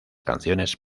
canciones